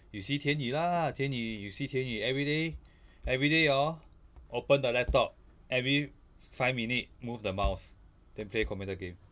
you see tian yu lah tian yu you see tian yu everyday everyday orh open the laptop every five minute move the mouse then play computer game